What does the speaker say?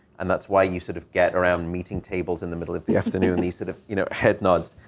and that's why you sort of get around meeting tables in the middle of the afternoon these sort of, you know, head nods.